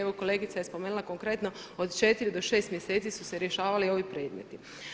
Evo i kolegica je spomenula konkretno od 4 do 6 mjeseci su se rješavali ovi predmeti.